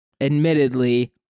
admittedly